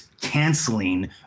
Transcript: canceling